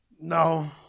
no